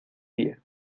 pie